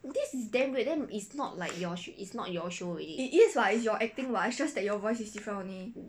this is damn weird then is not like your it's not your show already